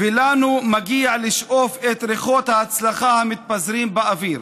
ולנו מגיע לשאוף את ריחות ההצלחה המתפזרים באוויר